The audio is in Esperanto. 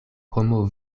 homo